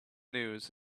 news